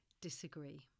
disagree